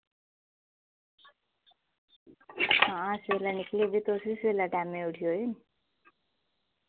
हां सबेल्ला निकली जागे तुस बी सबेल्ला टैमे दे उठी आएओ